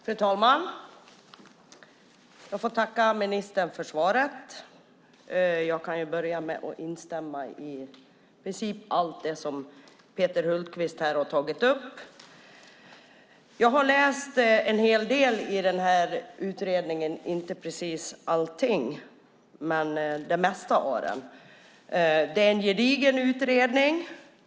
Fru talman! Jag får tacka ministern för svaret. Jag kan börja med att instämma i princip i allt det som Peter Hultqvist har tagit upp. Jag har läst en hel del i utredningen, inte precis allting, men det mesta av den. Det är en gedigen utredning.